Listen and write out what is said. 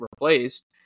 replaced